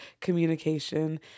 communication